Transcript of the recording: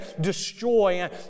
destroy